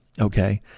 okay